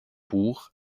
buch